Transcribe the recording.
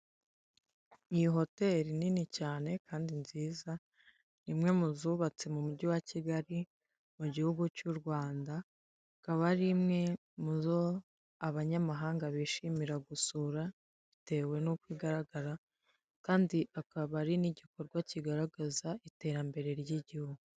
Iyi hoteli nini cyane kandi nziza ni imwe mu zubatse mu mujyi wa Kigali mu gihugu cy'u Rwanda akaba ari imwe mu zo abanyamahanga bishimira gusura bitewe n'uko igaragara kandi akaba ari n'igikorwa kigaragaza iterambere ry'igihugu.